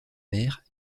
mère